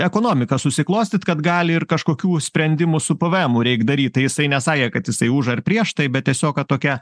ekonomika susiklostyt kad gali ir kažkokių sprendimų su pavėemu reik daryt tai jisai nesakė kad jisai už ar prieš taip bet tiesiog kad tokia